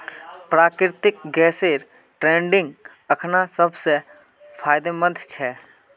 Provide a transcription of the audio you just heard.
प्राकृतिक गैसेर ट्रेडिंग अखना सब स फायदेमंद छ